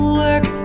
work